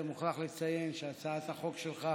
אני מוכרח לציין שהצעת החוק שלך